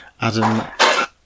Adam